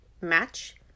match